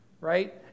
right